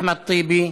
אחמד טיבי,